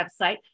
website